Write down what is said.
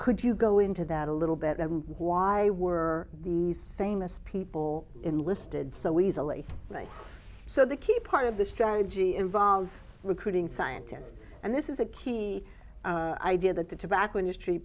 could you go into that a little bit and why were these famous people in listed so easily so the key part of the strategy involves recruiting scientists and this is a key idea that the tobacco industry